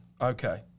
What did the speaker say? Okay